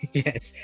yes